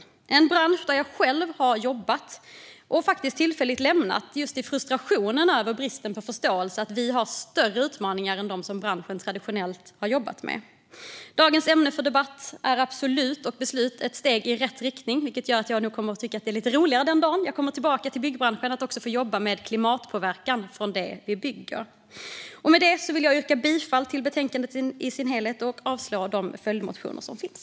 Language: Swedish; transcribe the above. Det är en bransch där jag själv har jobbat och som jag tillfälligt har lämnat just i frustrationen över bristen på förståelse för att vi har större utmaningar än dem som branschen traditionellt har jobbat med. Dagens ämne för debatt och senare beslut är absolut ett steg i rätt riktning, vilket gör att jag nog kommer att tycka att det är lite roligare den dag jag kommer tillbaka till byggbranschen och också får jobba med klimatpåverkan från det vi bygger. Med det vill jag yrka bifall till utskottets förslag i betänkandet i dess helhet och avslag på de följdmotioner som finns.